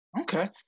Okay